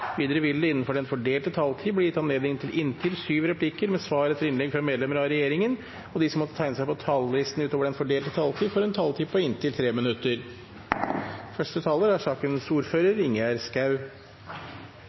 Videre vil det – innenfor den fordelte taletid – bli gitt anledning til inntil sju replikker med svar etter innlegg fra medlemmer av regjeringen, og de som måtte tegne seg på talerlisten utover den fordelte taletid, får en taletid på inntil 3 minutter.